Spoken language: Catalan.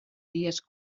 dies